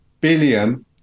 billion